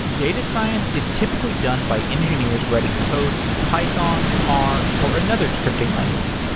data science is typically done by engineers writing code in python, r, or another scripting language.